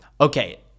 okay